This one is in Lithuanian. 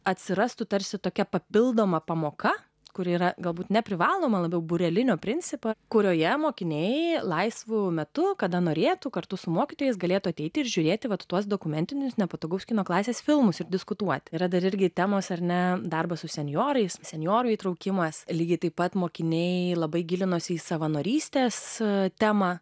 atsirastų tarsi tokia papildoma pamoka kur yra galbūt neprivaloma labiau būrelinio principą kurioje mokiniai laisvu metu kada norėtų kartu su mokytojais galėtų ateiti ir žiūrėti vat tuos dokumentinius nepatogaus kino klasės filmus ir diskutuoti yra dar irgi temos ar ne darbas su senjorais senjorų įtraukimas lygiai taip pat mokiniai labai gilinosi į savanorystės temą